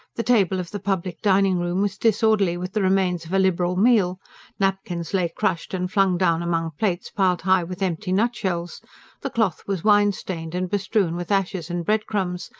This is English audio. the table of the public dining-room was disorderly with the remains of a liberal meal napkins lay crushed and flung down among plates piled high with empty nutshells the cloth was wine-stained, and bestrewn with ashes and breadcrumbs,